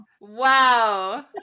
wow